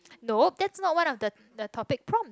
no that's not one of the the topic prompt